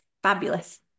Fabulous